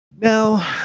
Now